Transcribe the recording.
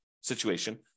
situation